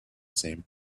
same